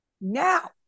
now